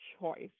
choice